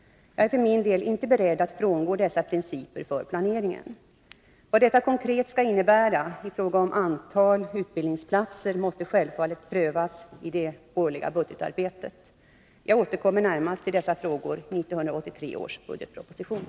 Jag är för min del inte beredd att frångå dessa principer för planeringen. Vad detta konkret skall innebära i fråga om antal utbildningsplatser måste självfallet prövas i det årliga budgetarbetet. Jag återkommer närmast till dessa frågor i 1983 års budgetproposition.